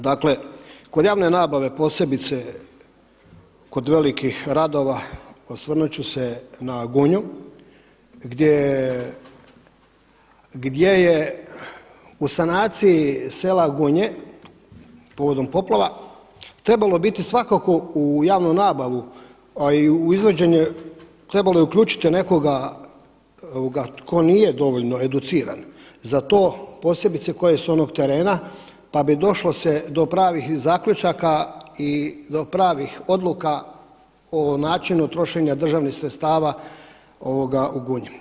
Dakle, kod javne nabave posebice kod velikih radova osvrnut ću se na Gunju gdje je u sanaciji sela Gunje povodom poplava trebalo biti svakako u javnu nabavu, a i u izvođenje trebalo je uključiti nekoga tko nije dovoljno educiran za to, posebice tko je s onog terena, pa bi došlo se do pravih zaključaka i do pravih odluka o načinu trošenja državnih sredstava u Gunji.